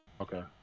okay